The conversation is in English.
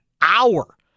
hour